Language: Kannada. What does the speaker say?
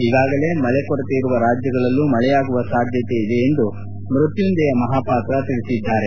ಈಗಾಗಲೇ ಮಳೆ ಕೊರತೆ ಇರುವ ರಾಜ್ಯಗಳಲ್ಲೂ ಮಳೆಯಾಗುವ ಸಾಧ್ಯತೆ ಇದೆ ಎಂದು ಮ್ಯತ್ಯುಂಜಯ ಮಹಾಪಾತ್ರ ತಿಳಿಸಿದ್ದಾರೆ